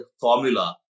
formula